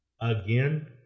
again